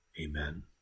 Amen